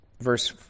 Verse